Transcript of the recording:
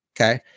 Okay